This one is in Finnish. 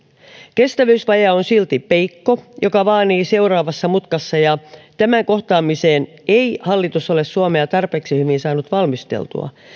kestävyysvaje on silti peikko joka vaanii seuraavassa mutkassa ja tämän kohtaamiseen ei hallitus ole suomea tarpeeksi hyvin saanut valmisteltua